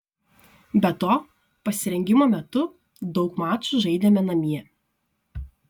be to pasirengimo metu daug mačų žaidėme namie